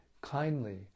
kindly